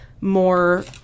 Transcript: more